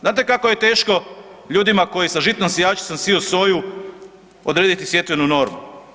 Znate kako je teško ljudima koji sa žitnom sijačicom siju soju, odrediti sjetvenu normu?